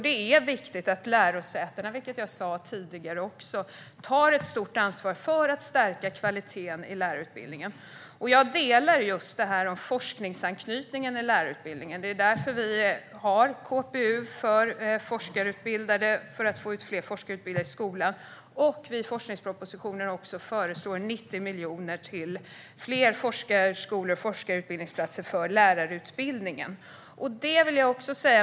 Det är viktigt att lärosätena tar ett stort ansvar för att stärka kvaliteten i lärarutbildningen, vilket jag också sa tidigare. Jag delar uppfattningen om forskningsanknytning i lärarutbildningen; det är därför vi har KPU för att få ut fler forskarutbildade i skolan, och vi föreslår i forskningspropositionen 90 miljoner till fler forskarskolor och forskarutbildningsplatser för lärarutbildningen.